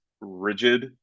rigid